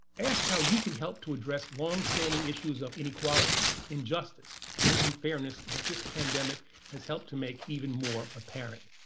ask how you can help to address longstanding issues of inequality, injustice, and unfairness that this pandemic has helped to make even more apparent.